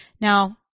Now